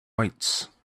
weights